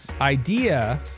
idea